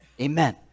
Amen